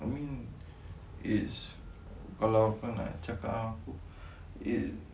I mean it's kalau kau nak cakap ngan aku it